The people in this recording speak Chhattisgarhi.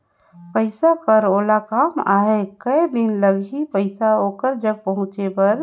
पइसा कर ओला काम आहे कये दिन लगही पइसा ओकर जग पहुंचे बर?